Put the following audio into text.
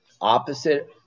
opposite